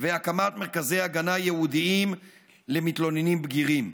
ועל הקמת מרכזי הגנה ייעודיים למתלוננים בגירים.